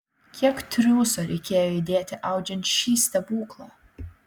kiek triūso reikėjo įdėti audžiant šį stebuklą